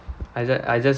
I ju~ I just